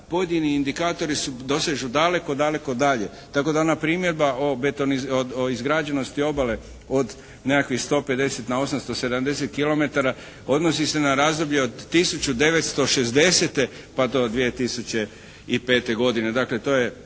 pojedini indikatori dosežu daleko, daleko dalje tako da ona primjedba o betonizaciji, o izgrađenosti obale od nekakvih 150 na 870 kilometara odnosi se na razdoblje od 1960. pa do 2005. godine.